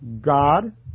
God